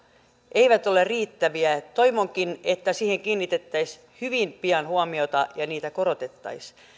eivät ole riittäviä toivonkin että niihin kiinnitettäisiin hyvin pian huomiota ja niitä korotettaisiin